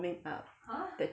warming up